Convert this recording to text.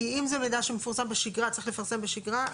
כי אם זה מידע שמפורסם בשגרה צריך לפרסם בשגרה.